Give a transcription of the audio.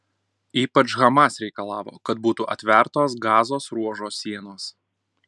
ypač hamas reikalavo kad būtų atvertos gazos ruožo sienos